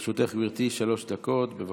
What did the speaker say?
לרשותך, גברתי, שלוש דקות, בבקשה.